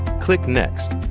click next.